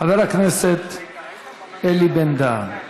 חבר הכנסת אלי בן-דהן.